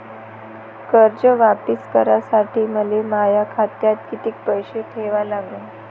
कर्ज वापिस करासाठी मले माया खात्यात कितीक पैसे ठेवा लागन?